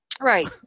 Right